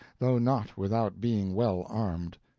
though not without being well armed.